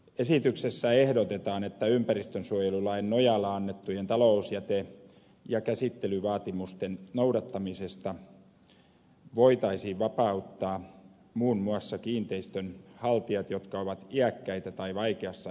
esityksessä ehdotetaan että ympäristönsuojelulain nojalla annettujen talousjätevesien käsittelyvaatimusten noudattamisesta voitaisiin vapauttaa muun muassa kiinteistön haltijat jotka ovat iäkkäitä tai vaikeassa elämäntilanteessa